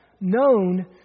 known